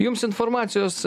jums informacijos